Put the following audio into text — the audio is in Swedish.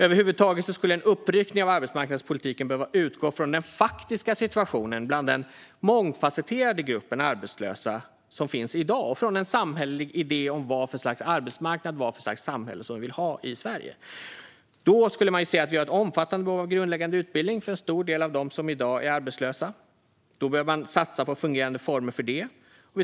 Över huvud taget skulle en uppryckning av arbetsmarknadspolitiken behöva utgå från den faktiska situationen bland den mångfasetterade grupp arbetslösa som finns i dag och från en samhällelig idé om vad för slags arbetsmarknad och för slags samhälle som vi vill ha i Sverige. Det finns ett omfattande behov av grundläggande utbildning för en stor del av dem som i dag är arbetslösa. Man behöver satsa på fungerande former för dem.